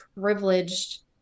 privileged